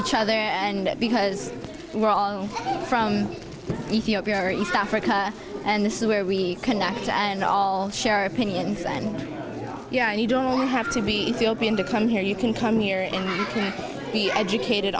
each other and because we're all from ethiopia are east africa and this is where we connect and all share our opinions and yeah and you don't have to be mean to come here you can come here and be educated